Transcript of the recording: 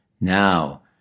Now